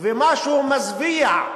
ומשהו מזוויע,